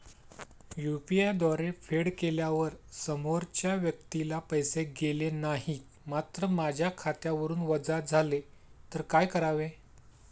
UPI द्वारे फेड केल्यावर समोरच्या व्यक्तीला पैसे गेले नाहीत मात्र माझ्या खात्यावरून वजा झाले तर काय करावे?